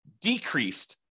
decreased